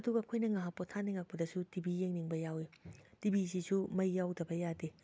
ꯑꯗꯨꯒ ꯑꯩꯈꯣꯏꯅ ꯉꯥꯏꯍꯥꯛ ꯄꯣꯊꯥꯅꯤꯉꯛꯄꯗꯁꯨ ꯇꯤ ꯚꯤ ꯌꯦꯡꯅꯤꯡꯕ ꯌꯥꯎꯏ ꯇꯤ ꯚꯤꯖꯤꯁꯨ ꯃꯩ ꯌꯥꯎꯗꯕ ꯌꯥꯗꯦ